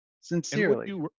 Sincerely